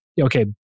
okay